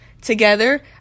Together